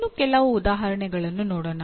ಇನ್ನೂ ಕೆಲವು ಉದಾಹರಣೆಗಳನ್ನು ನೋಡೋಣ